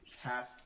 Half